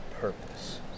purpose